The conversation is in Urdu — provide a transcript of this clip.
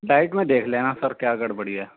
لائٹ میں دیکھ لینا سر کیا گڑبڑی ہے